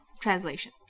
translation